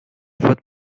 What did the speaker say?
food